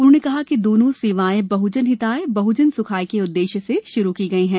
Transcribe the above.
उन्होंने कहा कि दोनों सेवाएं बहजन हिताय बहजन स्खाय के उद्देश्य से श्रू की गयी हैं